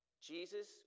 Jesus